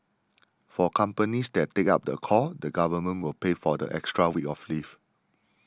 for companies that take up the call the government will pay for the extra week of leave